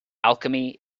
alchemy